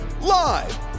live